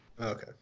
Okay